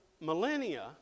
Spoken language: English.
millennia